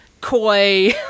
koi